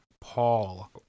Paul